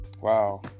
Wow